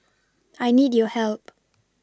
I need your help